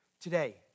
today